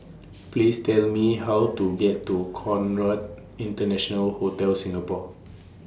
Please Tell Me How to get to Conrad International Hotel Singapore